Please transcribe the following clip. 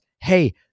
hey